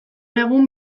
egun